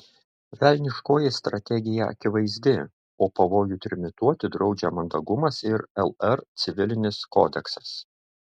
velniškoji strategija akivaizdi o pavojų trimituoti draudžia mandagumas ir lr civilinis kodeksas